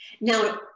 Now